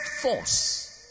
force